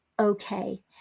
Okay